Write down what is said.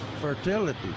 fertility